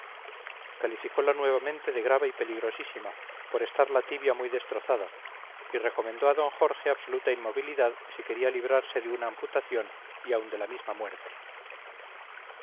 la pierna calificola nuevamente de grave y peligrosísima por estar la tibia muy destrozada y recomendó a d jorge absoluta inmovilidad si quería librarse de una amputación y aun de la misma muerte